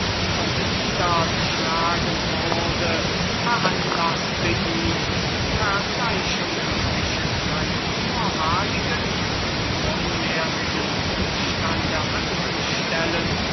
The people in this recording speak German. und niedergeschlagen wurde veranlaßte ihn vergleichungen zwischen seinem vormaligen und nunmehrigen zustande anzustellen